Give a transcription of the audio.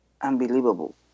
unbelievable